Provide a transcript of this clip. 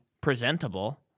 presentable